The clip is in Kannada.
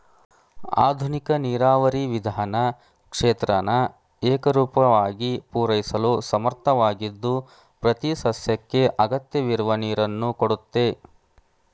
ಆಧುನಿಕ ನೀರಾವರಿ ವಿಧಾನ ಕ್ಷೇತ್ರನ ಏಕರೂಪವಾಗಿ ಪೂರೈಸಲು ಸಮರ್ಥವಾಗಿದ್ದು ಪ್ರತಿಸಸ್ಯಕ್ಕೆ ಅಗತ್ಯವಿರುವ ನೀರನ್ನು ಕೊಡುತ್ತೆ